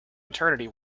maternity